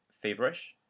feverish